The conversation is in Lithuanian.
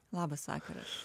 labas vakaras